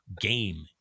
game